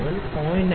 5 millimetre 0